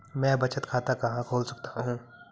मैं बचत खाता कहां खोल सकता हूं?